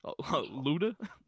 Luda